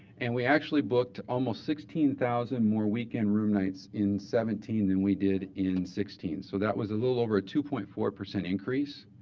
and we actually booked almost sixteen thousand more weekend room nights in seventeen than we did in sixteen. so that was a little over a two point four increase. increase.